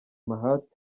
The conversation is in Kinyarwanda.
mahamat